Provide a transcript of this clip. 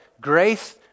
Grace